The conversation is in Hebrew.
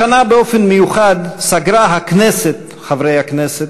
השנה באופן מיוחד סגרה הכנסת, חברי הכנסת,